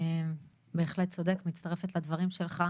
בהחלט צודק, מצטרפת לדברים שלך.